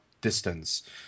Distance